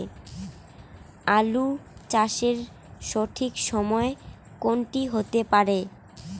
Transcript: আলু চাষের সঠিক সময় কোন টি হতে পারে?